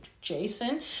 Jason